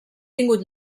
tingut